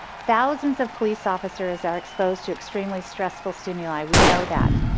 thousands of police officers are exposed to extremely stressful stimuli we know that.